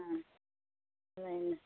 ஆ சரிங்க